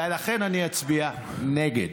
ולכן אני אצביע נגד.